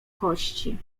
kości